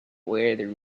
whether